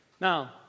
Now